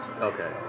Okay